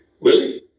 Willie